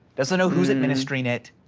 doesn't know who's administering it.